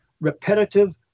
repetitive